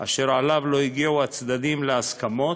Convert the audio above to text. אשר עליו לא הגיעו הצדדים להסכמות,